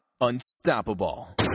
unstoppable